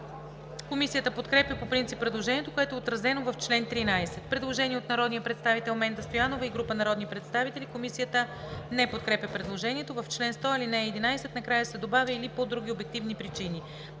Комисията подкрепя по принцип предложението, което е отразено в чл. 13. Предложение от народния представител Менда Стоянова и група народни представители. Комисията не подкрепя предложението: в чл. 100, ал. 11 накрая се добавя „или по други обективни причини“.